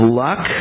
luck